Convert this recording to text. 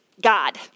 God